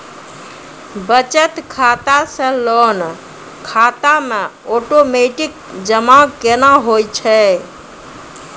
बचत खाता से लोन खाता मे ओटोमेटिक जमा केना होय छै?